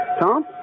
Tom